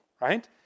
right